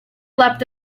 leapt